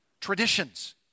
Traditions